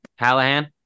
hallahan